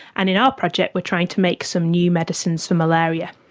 and in our project we're trying to make some new medicines for malaria.